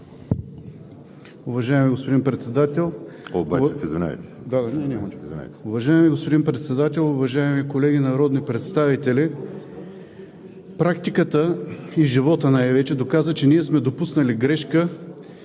Практиката, и животът най-вече доказа, че ние сме допуснали грешка